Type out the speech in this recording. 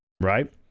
right